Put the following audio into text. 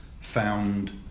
found